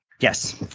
Yes